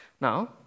Now